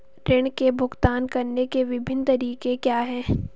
ऋृण के भुगतान करने के विभिन्न तरीके क्या हैं?